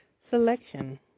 selection